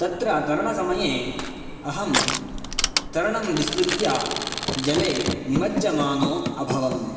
तत्र तरणसमये अहं तरणं विस्मृत्य जले निमज्जमानो अभवम्